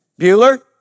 Bueller